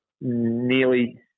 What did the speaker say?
nearly